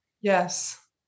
Yes